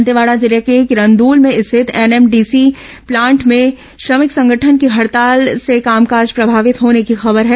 दंतेवाड़ा जिले के किरंदुल में स्थित एनएमडीसी प्लांट में श्रमिक संगठन की हड़ताल से कामकाज प्रभावित होने की खबर है